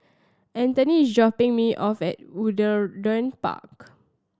Anthoney is dropping me off at Woollerton Park